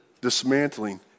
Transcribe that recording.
Dismantling